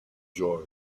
joy